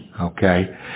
okay